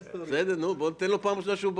ה"היילט" הגדול: אחוז בעלי הכנסה מעל פעמיים השכר